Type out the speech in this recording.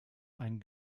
einen